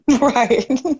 Right